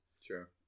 Sure